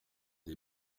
des